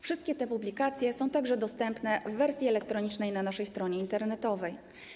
Wszystkie te publikacje są także dostępne w wersji elektronicznej na naszej stronie internetowej.